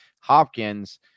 Hopkins